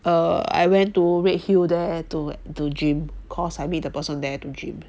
err I went to Redhill there to to gym cause I meet the person there to gym